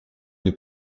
une